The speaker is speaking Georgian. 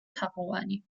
თაღოვანი